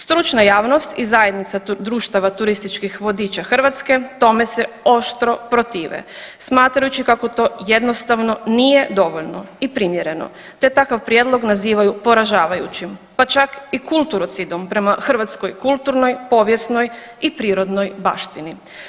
Stručna javnost i Zajednica društava turističkih vodiča Hrvatske tome se oštro protive smatrajući kako to jednostavno nije dovoljno i primjereno te takav prijedlog nazivaju poražavajućim pa čak i kulturocidom prema hrvatskoj kulturnoj, povijesnoj i prirodnoj baštini.